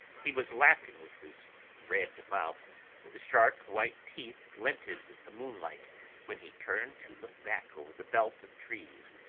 he was laughing with his red mouth the sharp white teeth glinted in the moonlight when he turned to look back over the belt of trees,